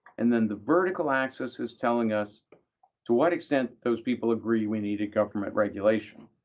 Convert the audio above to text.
and then the vertical axis is telling us to what extent those people agree we needed government regulation,